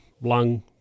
lung